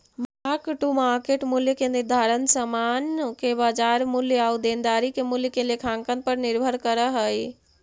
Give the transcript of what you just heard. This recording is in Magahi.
मार्क टू मार्केट मूल्य के निर्धारण समान के बाजार मूल्य आउ देनदारी के मूल्य के लेखांकन पर निर्भर करऽ हई